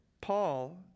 Paul